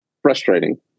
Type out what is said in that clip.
frustrating